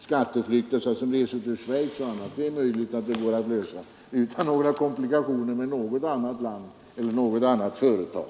Det är möjligt att skatteflykten till Schweiz och till andra länder går att lösa utan några komplikationer med något annat land eller något annat företag.